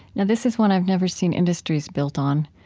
now this is one i've never seen industries built on,